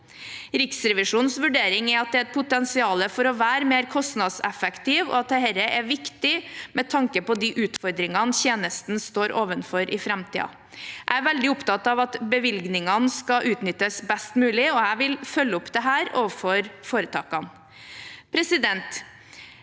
Riksrevisjonens vurdering er at det er et potensial for å være mer kostnadseffektiv, og at dette er viktig med tanke på de utfordringene tjenesten står overfor i framtiden. Jeg er veldig opptatt av at bevilgningene skal utnyttes best mulig, og jeg vil følge opp dette overfor foretakene. Regjeringen